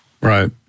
Right